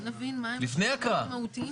לפני ההקראה .